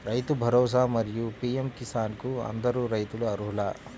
రైతు భరోసా, మరియు పీ.ఎం కిసాన్ కు అందరు రైతులు అర్హులా?